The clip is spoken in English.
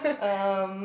um